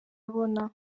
abona